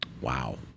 Wow